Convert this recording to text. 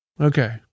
Okay